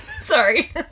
sorry